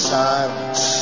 silence